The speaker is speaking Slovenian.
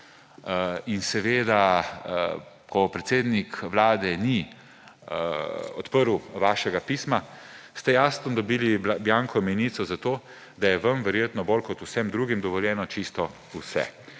in seveda ko predsednik Vlade ni odprl vašega pisma, ste jasno dobili biankomenico za to, da je vam verjetno bolj kot vsem drugim dovoljeno čisto vse.